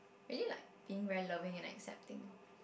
imagine like being very loving and accepting